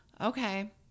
Okay